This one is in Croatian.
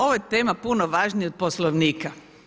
Ova je tema puno važnija od Poslovnika.